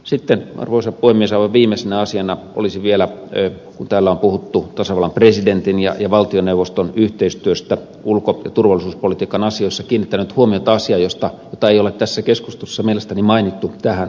sitten arvoisa puhemies aivan viimeisenä asiana olisin vielä kun täällä on puhuttu tasavallan presidentin ja valtioneuvoston yhteistyöstä ulko ja turvallisuuspolitiikan asioissa kiinnittänyt huomiota asiaan jota ei ole tässä keskustelussa mielestäni mainittu tähän asti